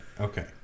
okay